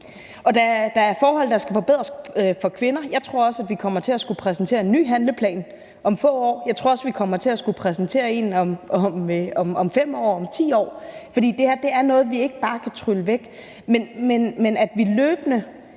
Der er forhold, der skal forbedres for kvinder, og jeg tror også, at vi kommer til at skulle præsentere en ny handleplan om få år. Jeg tror også, at vi kommer til at skulle præsentere en om 5 år og om 10 år, for det her er noget, vi ikke bare kan trylle væk. Men at vi løbende